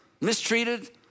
mistreated